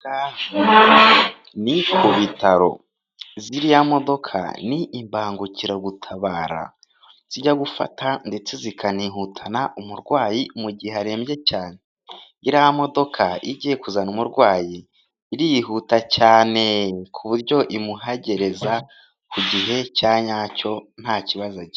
Ni ku bitaro ziriya modoka ni imbangukiragutabara zijya gufata ndetse zikanihutana umurwayi mu gihe arembye cyane, iriya modoka igiye kuzana umurwayi irihuta cyane ku buryo imuhagereza ku gihe cya nyacyo nta kibazo agize.